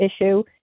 issue